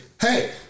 hey